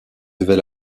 devait